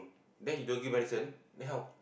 then you don't get medicine then how